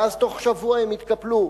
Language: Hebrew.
ואז, בתוך שבוע הם יתקפלו.